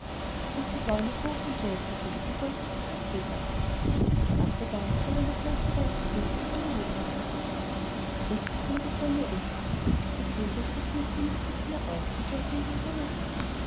und die bäume bogen und neigten sich und wollten sich halbtotlachen und der dicke apfelbaum verlor noch manche weiße blüte in seiner großen lustigkeit endlich ging die sonne unter die vöglein suchten ihr grünes quartier auf und wollten ihre ruhe haben